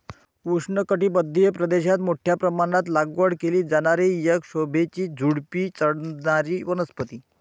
उष्णकटिबंधीय प्रदेशात मोठ्या प्रमाणात लागवड केली जाणारी एक शोभेची झुडुपी चढणारी वनस्पती